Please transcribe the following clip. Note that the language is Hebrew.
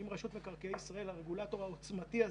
אם רשות מקרקעי ישראל, הרגולטור העוצמתי הזה,